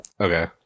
Okay